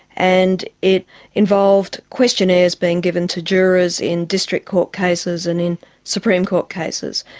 and it involved questionnaires being given to jurors in district court cases and in supreme court cases.